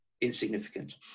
insignificant